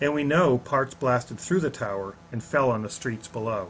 and we know parts blasted through the tower and fell on the streets below